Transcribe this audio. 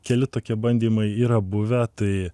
keli tokie bandymai yra buvę tai